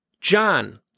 John